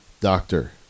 Doctor